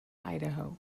idaho